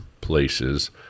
places